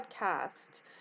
podcast